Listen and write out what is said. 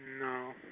No